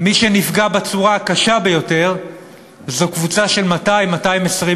מי שנפגע בצורה הקשה ביותר זו קבוצה של 200,000,